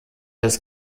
das